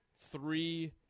three